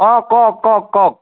অ কওক কওক কওক